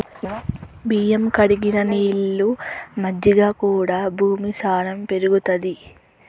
బియ్యం కడిగిన నీళ్లు, మజ్జిగ కూడా భూమి సారం పెరుగుతది